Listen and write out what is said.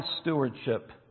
stewardship